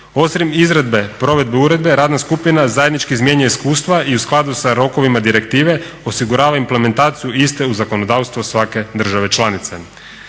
Osim izradbe provedbe uredbe radna skupina zajednički izmjenjuje iskustva i u skladu sa rokovima direktive osigurava implementaciju iste u zakonodavstvo svake države članice.